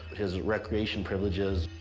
his recreation privileges.